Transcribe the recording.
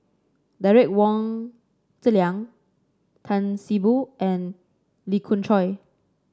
Derek Wong Zi Liang Tan See Boo and Lee Khoon Choy